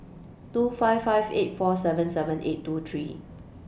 two five five eight four seven seven eight two three